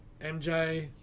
MJ